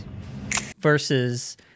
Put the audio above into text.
Versus